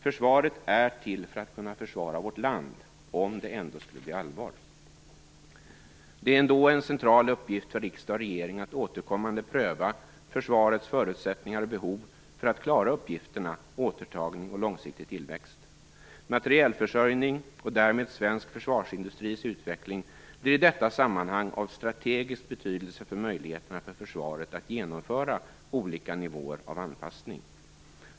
Försvaret är till för att kunna försvara vårt land, om det ändå skulle bli allvar. Det är då en central uppgift för riksdag och regering att återkommande pröva försvarets förutsättningar och behov för att klara uppgifterna återtagning och långsiktig tillväxt. Materielförsörjning och därmed svensk försvarsindustris utveckling blir i detta sammanhang av strategisk betydelse för möjligheterna för försvaret att genomföra olika nivåer av anpassning.